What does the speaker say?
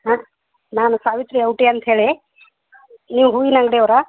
ಹಾಂ ನಾನು ಸಾವಿತ್ರಿ ಔಟಿ ಅಂತೇಳಿ ನೀವು ಹೂವಿನ ಅಂಗಡಿ ಅವರಾ